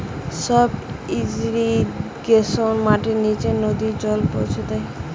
sub ইর্রিগেশনে মাটির নিচে নদী জল পৌঁছা দেওয়া হয়